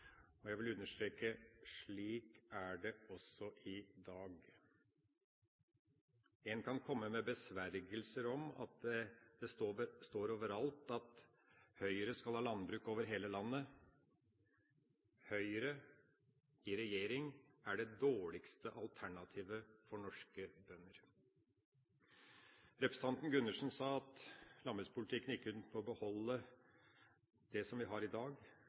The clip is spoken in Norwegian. og jeg vil understreke: Slik er det også i dag. En kan komme med besvergelser om at det overalt står at Høyre skal ha landbruk over hele landet. Høyre i regjering er det dårligste alternativet for norske bønder. Representanten Gundersen sa at landbrukspolitikken gikk ut på å beholde det som vi har i dag.